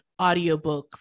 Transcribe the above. audiobooks